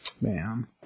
man